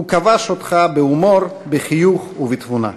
הוא כבש אותך בהומור, בחיוך ובתבונה.